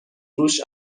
روش